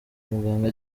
muganga